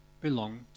belong